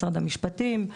משרד המשפטים,